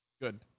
Good